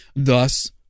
Thus